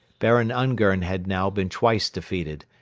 baron ungern had now been twice defeated,